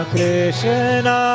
Krishna